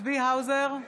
צביקה האוזר,